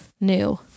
new